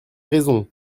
raison